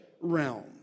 realm